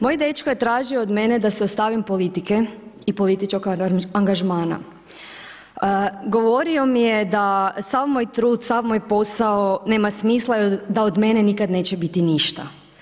Moj dečko je tražio od mene da se ostavim politika i političkog angažmana, govorio mi je da sav moj trud, sav moj posao, nema smisla i da od mene nikad neće biti ništa.